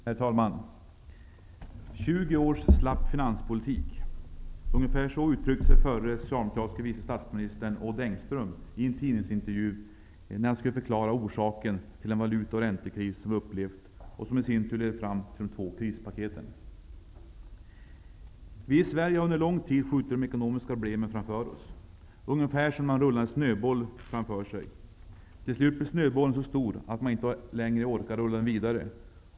Herr talman! ''20 års slapp finanspolitik''. Ungefär så uttryckte sig förre socialdemokratiske vice statsministern Odd Engström i en tidningsintervju, när han skulle förklara orsaken till den valuta och räntekris som vi upplevt och som i sin tur ledde fram till de två krispaketen. Vi i Sverige har under lång tid skjutit de ekonomiska problemen framför oss ungefär som när man rullar en snöboll framför sig. Till slut blir snöbollen så stor att man inte längre orkar rulla den vidare.